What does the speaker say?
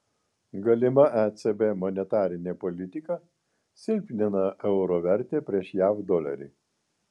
galima ecb monetarinė politika silpnina euro vertę prieš jav dolerį